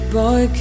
boy